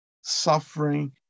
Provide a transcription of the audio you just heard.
suffering